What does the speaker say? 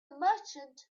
merchant